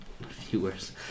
viewers